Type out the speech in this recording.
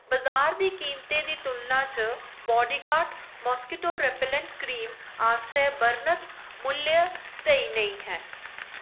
बजार दी कीमतें दी तुलना च बाडीगार्ड मासकिटो रैपलैंट क्रीम आस्तै बर्णत मुल्ल स्हेई नेईं है